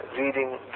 reading